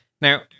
Now